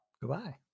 goodbye